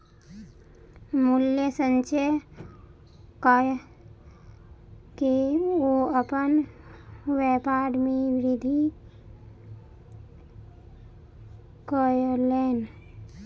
मूल्य संचय कअ के ओ अपन व्यापार में वृद्धि कयलैन